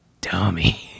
dummy